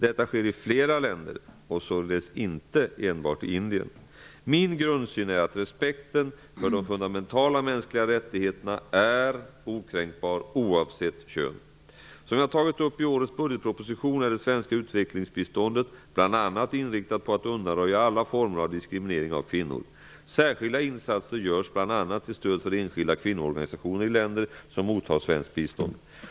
Detta sker i flera länder och således inte enbart i Indien. Min grundsyn är att respekten för de fundamentala mänskliga rättigheterna är okränkbar oavsett kön. Som jag har tagit upp i årets budgetproposition är det svenska utvecklingsbiståndet bl.a. inriktat på att undanröja alla former av diskriminering av kvinnor. Särskilda insatser görs bl.a. till stöd för enskilda kvinnoorganisationer i länder som mottar svenskt bistånd.